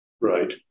Right